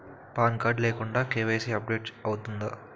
Pan card లేకుండా KYC update అవుతుందా?